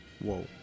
Whoa